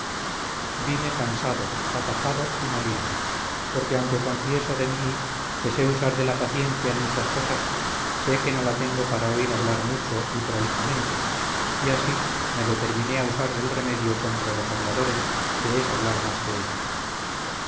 vime cansado atajado y molido porque aunque confieso de mi que se usar de la paciencia en muchas cosas sé que no la tengo para oír hablar mucho y prolijamente y así me determiné a usar del remedio contra los habladores que es hablar más que ellos